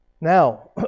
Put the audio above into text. Now